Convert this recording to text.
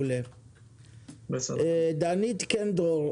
ד"ר דנית קנדור,